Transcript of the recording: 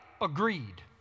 agreed